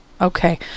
Okay